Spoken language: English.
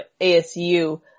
ASU